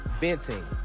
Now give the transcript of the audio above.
Venting